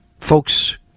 Folks